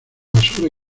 basura